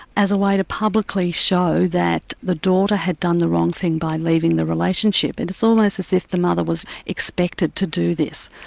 as a way to publicly show that the daughter had done the wrong thing by leaving the relationship, and it's almost as if the mother was expected to do this.